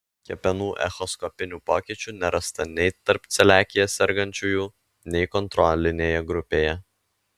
kepenų echoskopinių pokyčių nerasta nei tarp celiakija sergančiųjų nei kontrolinėje grupėje